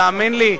תאמין לי,